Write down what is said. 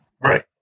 Right